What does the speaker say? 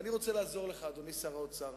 ואני רוצה לעזור לך, אדוני שר האוצר.